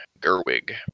Gerwig